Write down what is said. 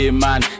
man